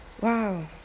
Wow